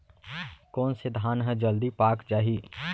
कोन से धान ह जलदी पाक जाही?